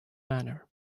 manner